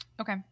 Okay